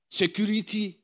security